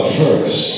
first